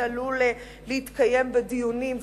שעלול להתקיים בדיונים,